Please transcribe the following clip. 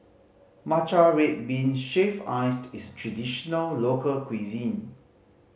matcha red bean shaved iced is traditional local cuisine